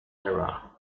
era